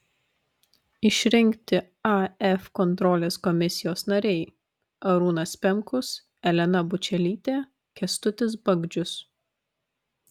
išrinkti af kontrolės komisijos nariai arūnas pemkus elena bučelytė kęstutis bagdžius